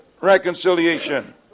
reconciliation